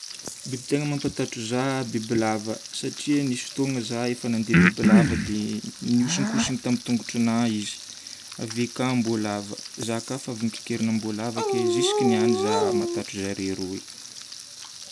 Biby tegna mampatahotra za: bibilava satria nisy fotoagna za efa nandia bibilava dia nihosonkosogno tamin'ny tongotry nahy izy. Ave ka amboalava. Za koa efa avy nokaikerin'amboalava ke jusque niany za matahotra zare roy.